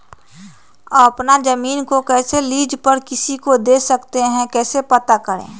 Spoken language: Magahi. अपना जमीन को कैसे लीज पर किसी को दे सकते है कैसे पता करें?